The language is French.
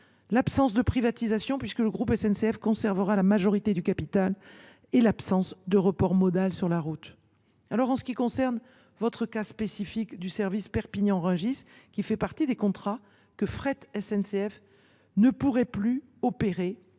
l’absence de privatisation, puisque le groupe SNCF conservera la majorité du capital, et l’absence de report modal sur la route. Quant au cas spécifique du service Perpignan Rungis, qui fait partie des contrats que Fret SNCF ne pourrait plus opérer,